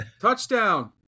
Touchdown